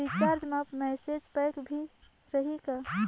Recharge मा message pack भी रही का?